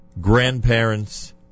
grandparents